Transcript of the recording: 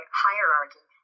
hierarchy